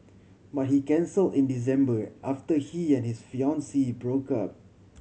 but he cancel in December after he and his fiancee broke up